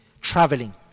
traveling